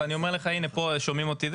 ואני אומר לך, הנה, פה שומעים אותי.